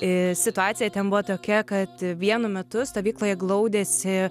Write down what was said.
ir situacija ten buvo tokia kad vienu metu stovykloje glaudėsi